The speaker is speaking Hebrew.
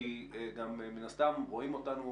מן הסתם רואים אותנו